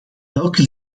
welke